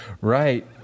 Right